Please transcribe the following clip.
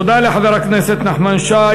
תודה לחבר הכנסת נחמן שי.